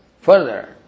Further